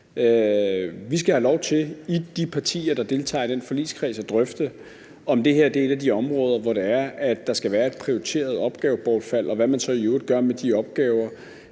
Vi skal have lov til i de partier, der deltager i den forligskreds, at drøfte, om det her er et af de områder, hvor det er, at der skal være et prioriteret opgavebortfald, og hvad man så i øvrigt gør med de opgaver